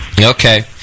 Okay